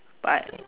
but